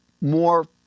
more